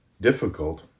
difficult